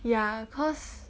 ya cause